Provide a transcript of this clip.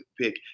pick